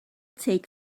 take